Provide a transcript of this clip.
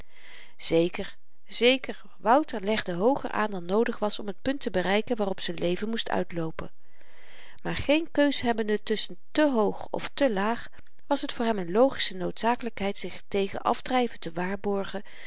zeker zeker wouter legde hooger aan dan noodig was om t punt te bereiken waarop z'n leven moest uitloopen maar geen keus hebbende tusschen te hoog of te laag was t voor hem n logische noodzakelykheid zich tegen afdryven te waarborgen